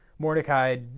Mordecai